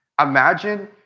Imagine